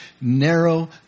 narrow